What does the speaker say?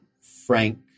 Frank